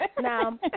Now